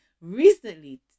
recently